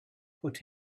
put